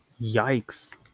Yikes